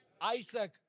Isaac